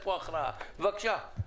תקנות כדי לעודד את המשק המשפחתי ובסופו של